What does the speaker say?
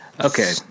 Okay